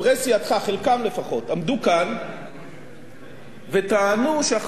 עמדו כאן וטענו שהחבילה של חמש-עשרה מיליארד,